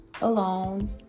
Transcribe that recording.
alone